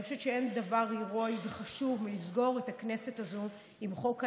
ואני חושבת שאין דבר הירואי וחשוב מלסגור את הכנסת הזו עם חוק האיזוק.